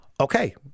okay